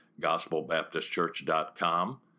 gospelbaptistchurch.com